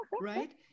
right